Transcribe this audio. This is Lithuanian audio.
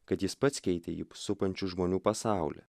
kad jis pats keitė jį supančių žmonių pasaulį